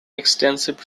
extensive